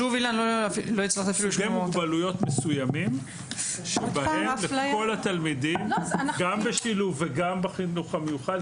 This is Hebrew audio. סוגי מוגבלויות מסוימים שבהם כל התלמידים גם בשילוב וגם בחינוך המיוחד,